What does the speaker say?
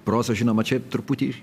proza žinoma čia truputį